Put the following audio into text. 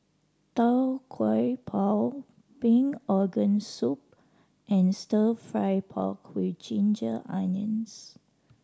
Tau Kwa Pau pig organ soup and Stir Fry pork with ginger onions